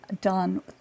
done